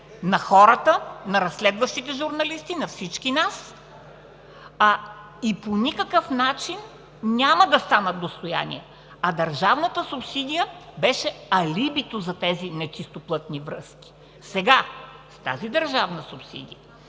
на хората, на разследващите журналисти, на всички нас, а и по никакъв начин няма да станат достояние, а държавната субсидия беше алибито за тези нечистоплътни връзки. Сега с тази държавна субсидия